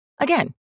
Again